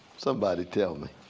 somebody tell me.